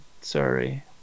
Sorry